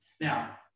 Now